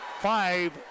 five